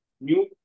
new